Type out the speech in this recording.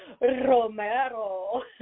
Romero